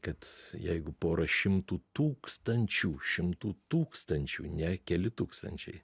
kad jeigu pora šimtų tūkstančių šimtų tūkstančių ne keli tūkstančiai